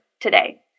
today